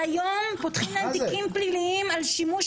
אבל היום פותחים להם תיקים פליליים על שימוש